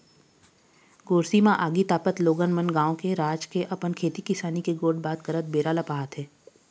गोरसी म आगी तापत लोगन मन गाँव के, राज के, अपन खेती किसानी के गोठ बात करत बेरा ल पहाथे